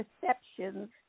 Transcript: perceptions